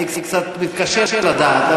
אני קצת מתקשה לדעת,